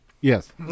Yes